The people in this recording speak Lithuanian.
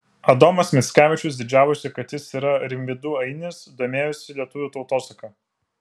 adomas mickevičius didžiavosi kad jis yra rimvydų ainis domėjosi lietuvių tautosaka